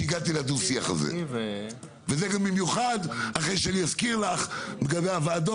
ה- 24 הסתייגויות מהותיות מתוך ה- 3,000 סך